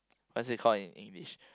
what's it called in English